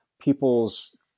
people's